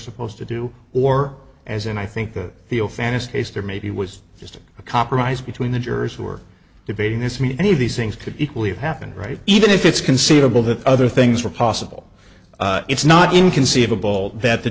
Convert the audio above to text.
supposed to do or as in i think the all fantasy case there maybe was just a compromise between the jurors who are debating this mean any of these things could equally have happened right even if it's conceivable that other things were possible it's not inconceivable that the